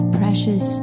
precious